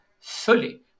fully